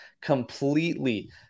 completely